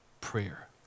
prayer